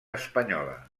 espanyola